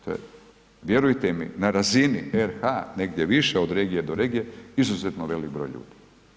To je, vjerujte mi na razini RH, negdje više od regije do regije, izuzetno velik broj ljudi.